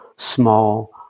small